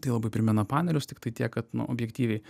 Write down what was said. tai labai primena panerius tiktai tiek kad nu objektyviai